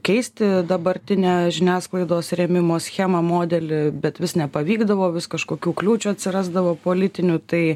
keisti dabartinę žiniasklaidos rėmimo schemą modelį bet vis nepavykdavo vis kažkokių kliūčių atsirasdavo politinių tai